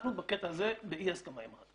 אנחנו בקטע הזה באי הסכמה עם רת"א.